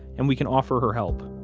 and we can offer her help.